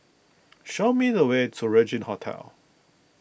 show me the way to Regin Hotel